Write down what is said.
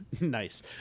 Nice